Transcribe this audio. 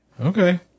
Okay